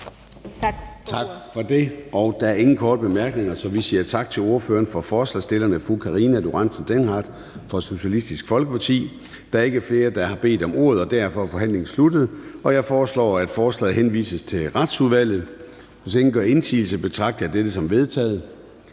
Tak for det. Der er ingen korte bemærkninger. Så vi siger tak til ordføreren for forslagsstillerne, fru Karina Lorentzen Dehnhardt fra Socialistisk Folkeparti. Der er ikke flere, der har bedt om ordet, og derfor er forhandlingen sluttet. Jeg foreslår, at forslaget til folketingsbeslutning henvises til Retsudvalget. Hvis ingen gør indsigelse, betragter jeg dette som vedtaget.